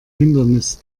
hindernis